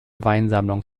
weinsammlung